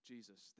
Jesus